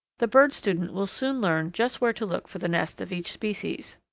the bird student will soon learn just where to look for the nest of each species.